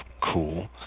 cool